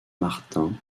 martin